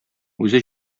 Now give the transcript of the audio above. үзе